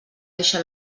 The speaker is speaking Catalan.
deixa